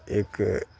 ایک